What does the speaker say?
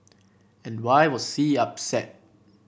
and why was C upset